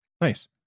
nice